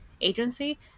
agency